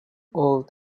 old